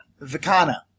Vicana